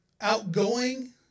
outgoing